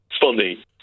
funny